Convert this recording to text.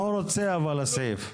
מה רוצה הסעיף?